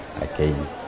again